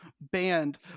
banned